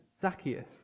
Zacchaeus